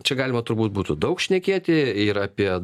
čia galima turbūt būtų daug šnekėti ir apie